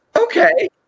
Okay